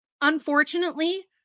unfortunately